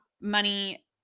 money